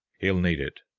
he'll need it.